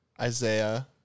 Isaiah